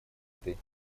этой